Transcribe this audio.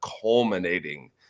culminating